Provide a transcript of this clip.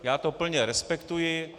Já to plně respektuji.